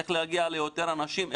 איך להגיע ליותר אנשים,